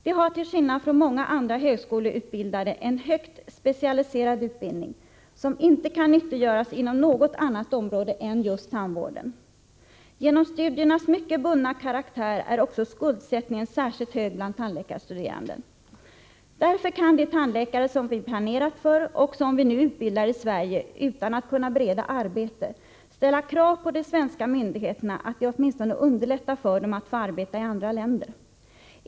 De har till skillnad från många andra högskoleutbildade en högt specialiserad utbildning, som inte kan nyttiggöras inom något annat område än just tandvården. Genom studiernas mycket bundna karaktär är också skuldsättningen särskilt hög bland tandläkarstuderandena. Därför kan de tandläkare som vi planerat för och som vi nu utbildar i Sverige utan att kunna bereda arbete ställa krav på de svenska myndigheterna, att de åtminstone underlättar för dem att få arbeta i andra länder.